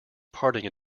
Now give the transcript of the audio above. parting